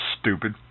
stupid